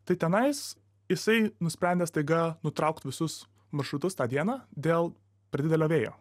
tai tenais jisai nusprendė staiga nutraukt visus maršrutus tą dieną dėl per didelio vėjo